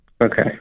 Okay